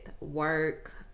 work